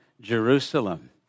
Jerusalem